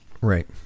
Right